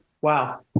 wow